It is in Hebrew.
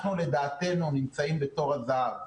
אנחנו לדעתנו נמצאים בתור הזהב.